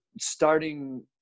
starting